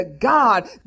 God